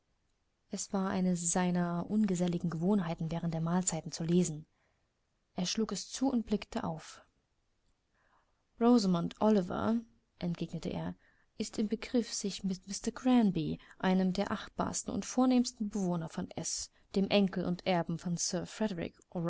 es war eine seiner ungeselligen gewohnheiten während der mahlzeiten zu lesen er schlug es zu und blickte auf rosamond oliver entgegnete er ist im begriff sich mit mr granby einem der achtbarsten und vornehmsten bewohner von s dem enkel und erben von